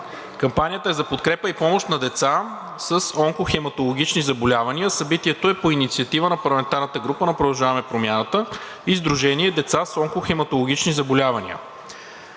Кампанията е за подкрепа и помощ на деца с онкохематологични заболявания. Събитието е по инициатива на парламентарната група на „Продължаваме Промяната“ и Сдружение „Деца с онкохематологични заболявания“.